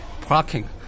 parking